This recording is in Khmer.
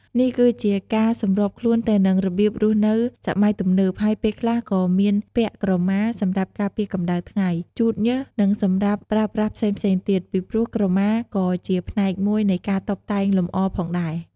នេះគឺជាការសម្របខ្លួនទៅនឹងរបៀបរស់នៅសម័យទំនើប ហើយពេលខ្លះក៏មានពាក់ ក្រមា សម្រាប់ការពារកម្ដៅថ្ងៃ ជូតញើស ឬសម្រាប់ប្រើប្រាស់ផ្សេងៗទៀត ពីព្រោះក្រមាក៏ជាផ្នែកមួយនៃការតុបតែងលម្អផងដែរ។